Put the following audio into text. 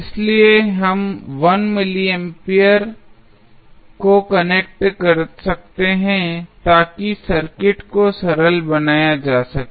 इसलिए हम 1 milliampere को कनेक्ट कर सकते हैं ताकि सर्किट को सरल बनाया जा सके